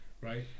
right